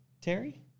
Terry